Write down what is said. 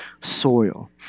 soil